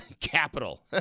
capital